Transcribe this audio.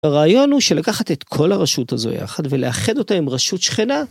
הרעיון הוא שלקחת את כל הרשות הזו יחד ולאחד אותה עם רשות שכנה.